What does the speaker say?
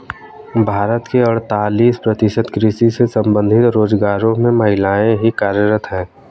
भारत के अड़तालीस प्रतिशत कृषि से संबंधित रोजगारों में महिलाएं ही कार्यरत हैं